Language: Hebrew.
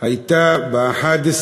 הייתה ב-11